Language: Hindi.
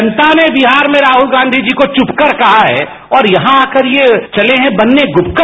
जनता ने बिहार में राहुल गांधी जी को चुपकर कहा है और यहां आकर ये चले हैं बनने गुपकर